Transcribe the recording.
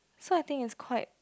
so I think it's quite